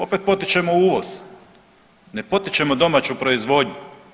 Opet potičemo uvoz, ne potičemo domaću proizvodnju.